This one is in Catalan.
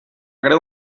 greu